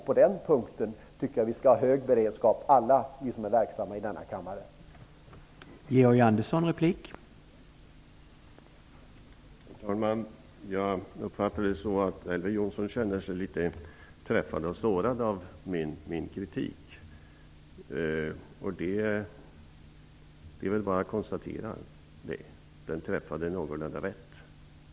På den punkten tycker jag att alla som är verksamma i denna kammare skall ha en hög beredskap.